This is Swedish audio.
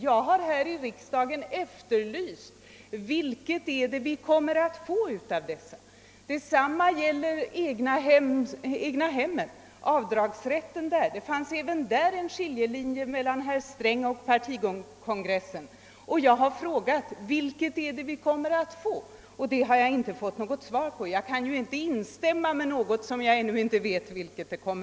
Jag har i riksdagen efterlyst ett besked om vilken av dessa uppfattningar som kommer att läggas till grund för det förslag som skall föreläggas riksdagen. Detsamma gäller frågan om avdragsrätten för räntekostnader för egnahem. Även i denna fråga fanns det en skiljelinje mel; lan herr Sträng och partikongressen. I inget av dessa avseenden har jag fått något svar, och jag kan ju inte instäm ma i något som jag inte vet någonting om.